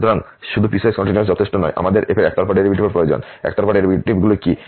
সুতরাং শুধু piecewise continuous যথেষ্ট নয় আমাদের f এর একতরফা ডেরিভেটিভেরও প্রয়োজন একতরফা ডেরিভেটিভগুলি কী